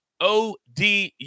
ODU